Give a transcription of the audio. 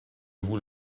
vous